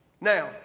Now